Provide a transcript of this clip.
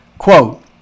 Quote